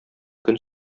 көн